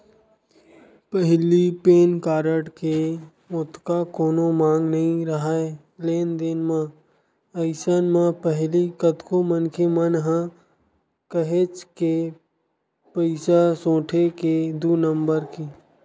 पहिली PAN card के ओतका कोनो मांग नइ राहय लेन देन म, अइसन म पहिली कतको मनखे मन ह काहेच के पइसा सोटे हे दू नंबर के